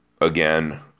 again